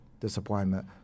Disappointment